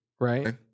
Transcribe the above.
right